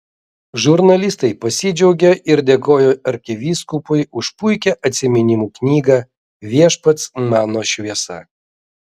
žurnalistai pasidžiaugė ir dėkojo arkivyskupui už puikią atsiminimų knygą viešpats mano šviesa